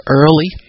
early